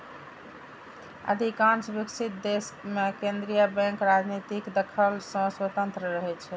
अधिकांश विकसित देश मे केंद्रीय बैंक राजनीतिक दखल सं स्वतंत्र रहै छै